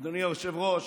אדוני היושב-ראש,